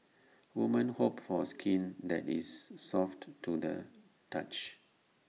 woman hope for skin that is soft to the touch